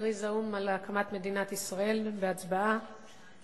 הכריז האו"ם על הקמת מדינת ישראל בהצבעה כוללת.